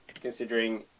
considering